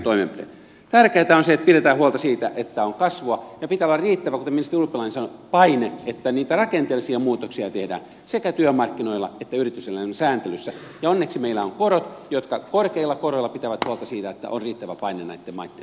tärkeätä on se että pidetään huolta siitä että on kasvua ja pitää olla riittävä kuten ministeri urpilainen sanoi paine että niitä rakenteellisia muutoksia tehdään sekä työmarkkinoilla että yrityselämän sääntelyssä ja onneksi meillä on korkeat korot jotka pitävät huolta siitä että on riittävä paine näitten maitten suhteen